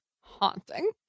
haunting